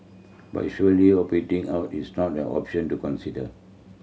but surely opting out is not an option to consider